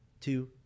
two